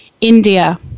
India